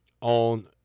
on